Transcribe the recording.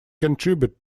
contribute